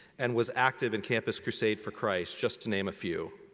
and was active in campus crusade for christ, just to name a few.